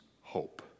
hope